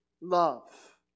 love